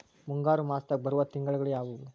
ಮುಂಗಾರು ಮಾಸದಾಗ ಬರುವ ತಿಂಗಳುಗಳ ಯಾವವು?